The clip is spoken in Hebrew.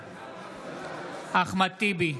בעד אחמד טיבי,